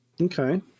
okay